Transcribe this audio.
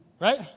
Right